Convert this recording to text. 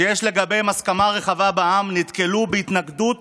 שיש לגביהם הסכמה רחבה בעם נתקלו בהתנגדות